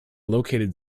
located